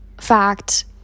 fact